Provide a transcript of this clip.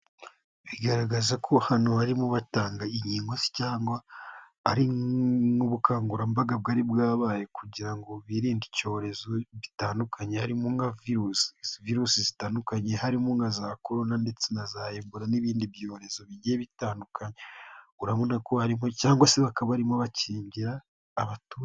Bigaragaza ko hano harimo batanga inkingo cyangwa ari nk'ubukangurambaga bwari bwabaye kugira ngo birinde icyorezo gitandukanye harimo nka virus, virus zitandukanye harimo nka za Corona ndetse na za ebola n'ibindi byorezo bigiye bitandunye cyangwa se bakaba barimo bakingira abaturage.